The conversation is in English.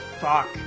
fuck